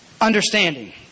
understanding